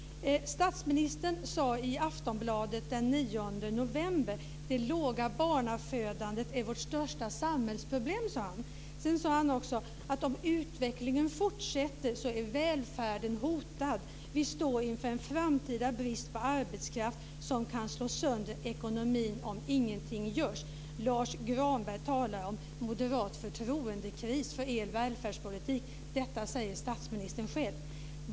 Statsministern sade i Aftonbladet den 9 november att det låga barnafödandet är vårt största samhällsproblem. Sedan sade han också att om utvecklingen fortsätter är välfärden hotad. Vi står inför en framtida brist på arbetskraft som kan slå sönder ekonomin om ingenting görs. Lars Granberg talar om en moderat förtroendekris för er välfärdspolitik, men detta säger statsministern själv.